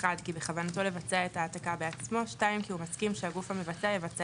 כי בכוונתו לבצע את ההעתקה בעצמו; כי הוא מסכים כי הגוף המבצע יבצע